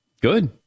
Good